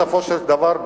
בסופו של דבר,